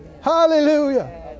Hallelujah